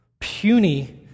puny